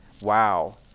Wow